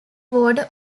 ward